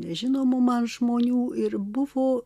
nežinomų man žmonių ir buvo